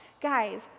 Guys